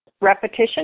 Repetition